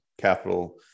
capital